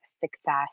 success